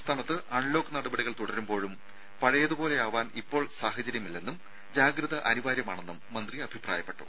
സംസ്ഥാനത്ത് അൺലോക്ക് നടപടികൾ തുടരുമ്പോഴും പഴയതുപോലെ ആവാൻ ഇപ്പോൾ സാഹചര്യമില്ലെന്നും ജാഗ്രത അനിവാര്യമാണെന്നും മന്ത്രി അഭിപ്രായപ്പെട്ടു